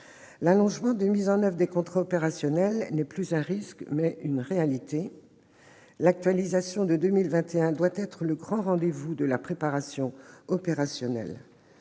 de la durée de mise en oeuvre des contrats opérationnels est non plus un risque, mais une réalité. L'actualisation de 2021 doit être le grand rendez-vous de la préparation opérationnelle.